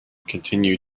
continue